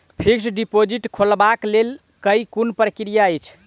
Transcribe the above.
Fixed deposit खोलबाक लेल केँ कुन प्रक्रिया अछि?